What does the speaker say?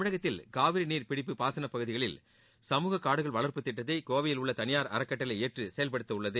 தமிழகத்தில் காவிரி நீர் பிடிப்பு பாசன பகுதிகளில் சமூக காடுகள் வளர்ப்பு திட்டத்தை கோவையில் உள்ள தனியார் அறக்கட்டளை ஏற்று செயல்படுத்த உள்ளது